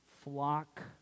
flock